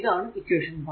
ഇതാണ് ഇക്വേഷൻ 1